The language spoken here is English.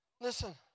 Listen